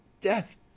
death